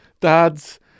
dad's